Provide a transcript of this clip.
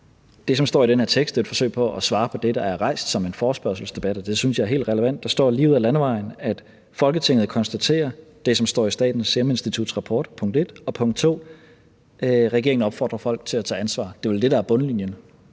Det, som står i den her tekst, er et forsøg på at svare på det, der er rejst som en forespørgselsdebat, og det synes jeg er helt relevant. Der står lige ud ad landevejen, at Folketinget konstaterer det, som står i Statens Serum Instituts rapport – Punkt 1. Og punkt 2: Regeringen opfordrer folk til at tage ansvar. Det er vel det, der er bundlinjen.